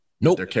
Nope